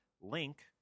link